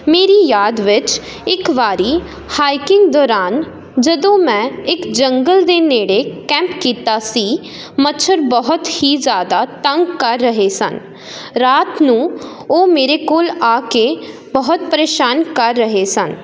ਮੇਰੀ ਯਾਦ ਵਿੱਚ ਇੱਕ ਵਾਰੀ ਹਾਈਕਿੰਗ ਦੌਰਾਨ ਜਦੋਂ ਮੈਂ ਇੱਕ ਜੰਗਲ ਦੇ ਨੇੜੇ ਕੈਂਪ ਕੀਤਾ ਸੀ ਮੱਛਰ ਬਹੁਤ ਹੀ ਜ਼ਿਆਦਾ ਤੰਗ ਕਰ ਰਹੇ ਸਨ ਰਾਤ ਨੂੰ ਉਹ ਮੇਰੇ ਕੋਲ ਆ ਕੇ ਬਹੁਤ ਪ੍ਰੇਸ਼ਾਨ ਕਰ ਰਹੇ ਸਨ